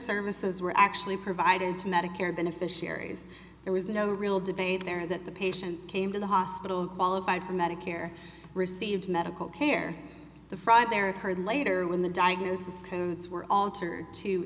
services were actually provided to medicare beneficiaries there was no real debate there that the patients came to the hospital qualified for medicare received medical care the fried their occurred later when the diagnosis codes were altered to